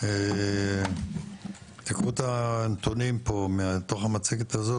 קחו את הנתונים מתוך המצגת הזאת,